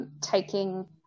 taking